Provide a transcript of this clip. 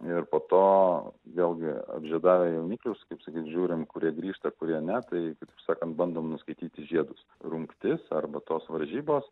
ir po to vėlgi apžiedavę jauniklius kaip sakyt žiūrim kurie grįžta kurie ne tai kaip sakant bandom nuskaityti žiedus rungtis arba tos varžybos